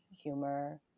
humor